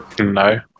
no